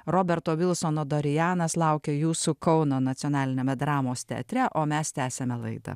roberto vilsono dorijanas laukia jūsų kauno nacionaliniame dramos teatre o mes tęsiame laidą